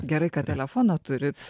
gerai kad telefoną turit